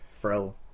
throw